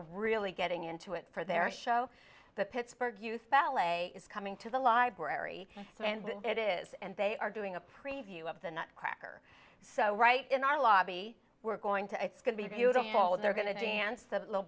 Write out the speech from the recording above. really getting into it for their show the pittsburgh youth ballet is coming to the library and it is and they are doing a preview of the nutcracker so right in our lobby we're going to be beautiful and they're going to dance that little